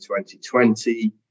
2020